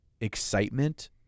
excitement